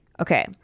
Okay